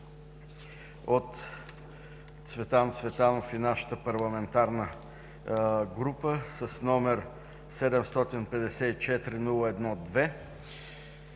от Цветан Цветанов и нашата парламентарна група с номер 754-01-2.